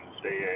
stay